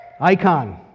icon